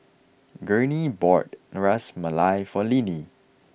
Gurney bought Ras Malai for Linnie